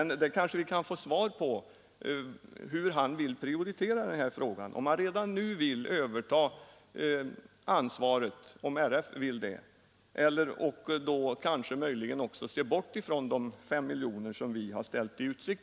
Han kanske vill tala om hur han vill priotera den här frågan. Vill herr Lindahl att Riksidrottsförbundet skall överta ansvaret för det lokala aktivitetsstödet även om det innebär ett bortfall av de 5 miljoner kronor som vi har ställt i utsikt?